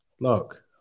Look